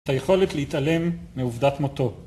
את היכולת להתעלם מעובדת מותו.